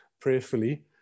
prayerfully